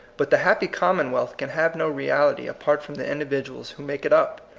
but the happy commonwealth can have no reality apart from the individuals who make it up.